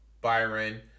Byron